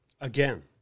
again